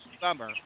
summer